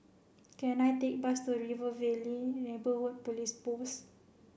can I take a bus to River Valley Neighbourhood Police Post